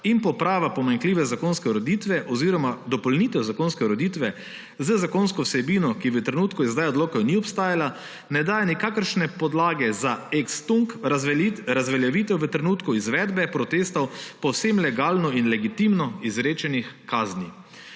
in poprava pomanjkljive zakonske ureditve oziroma dopolnitev zakonske ureditve z zakonsko vsebino, ki v trenutku izdaje odloka ni obstajala, ne daje nikakršne podlage za ex tunc razveljavitev v trenutku izvedbe protestov povsem legalno in legitimno izrečenih kazni.